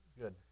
Good